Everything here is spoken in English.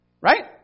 Right